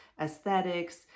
aesthetics